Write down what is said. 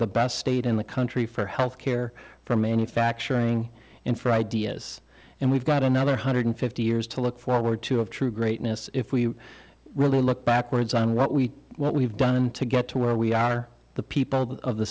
the best state in the country for health care for manufacturing and for ideas and we've got another hundred fifty years to look forward to have true greatness if we really look backwards on what we what we've done to get to where we are the people of the